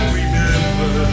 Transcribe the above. remember